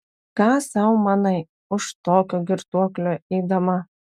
ką sau manai už tokio girtuoklio eidama